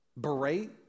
berate